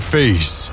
face